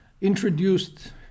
introduced